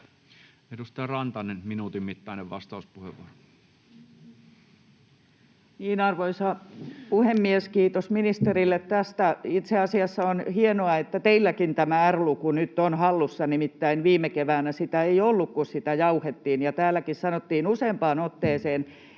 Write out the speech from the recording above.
Edustaja Rantanen, minuutin mittainen vastauspuheenvuoro. Arvoisa puhemies! Kiitos ministerille tästä. Itse asiassa on hienoa, että teilläkin tämä R-luku nyt on hallussa. Nimittäin viime keväänä ei ollut, kun sitä jauhettiin, ja täälläkin sanottiin useampaan otteeseen,